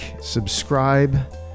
subscribe